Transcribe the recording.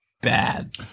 bad